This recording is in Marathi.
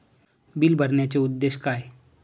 बिल भरण्याचे उद्देश काय?